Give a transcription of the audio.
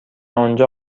آنجا